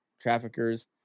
traffickers